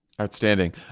Outstanding